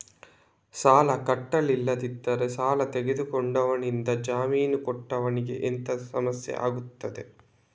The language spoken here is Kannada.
ಸಾಲ ಕಟ್ಟಿಲ್ಲದಿದ್ದರೆ ಸಾಲ ತೆಗೆದುಕೊಂಡವನಿಂದ ಜಾಮೀನು ಕೊಟ್ಟವನಿಗೆ ಎಂತ ಸಮಸ್ಯೆ ಆಗ್ತದೆ?